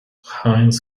heinz